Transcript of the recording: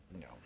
No